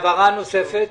העברה נוספת.